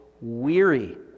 weary